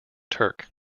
turk